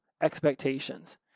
expectations